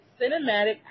cinematic